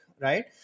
right